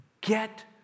Get